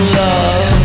love